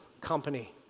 company